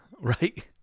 Right